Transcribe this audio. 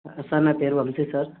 sir నాపేరు Vamshi sir